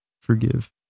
forgive